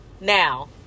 Now